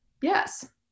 yes